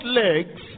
legs